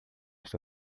está